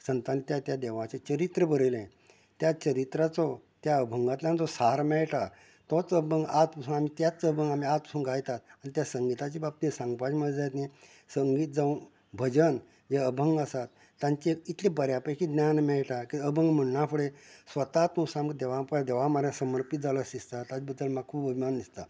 संतान त्या त्या देवाचे चरित्र बरयलें त्या चरित्राचो त्या अभंगातल्यान जो सार मेळटा तोच अभंग आज पसून आमी त्याच अभंग आमी आज पसून गायतात आमी त्या संगीताच्या बाबतींत संगपाचे म्हळें जाल्यार संगीत जावूं भजन हें अभंग आसा तांचें इतलें बऱ्यां पैकी ज्ञान मेळटा की अभंग म्हणना फुडें स्वताक तूं सामको देवा पा देवा म्हाऱ्यांत समर्पित जालां अशें दिसता ताचे भितर म्हाका खूब अभिमान दिसता